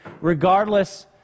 regardless